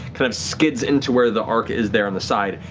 kind of skids into where the arc is there on the side.